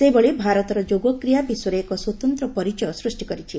ସେହିଭଳି ଭାରତର ଯୋଗକ୍ରିୟା ବିଶ୍ୱରେ ଏକ ସ୍ୱତନ୍ତ୍ର ପରିଚୟ ସୃଷ୍ଟି କରିଛି